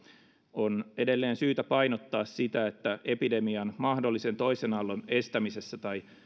on edelleen syytä painottaa sitä että epidemian mahdollisen toisen aallon estämisessä tai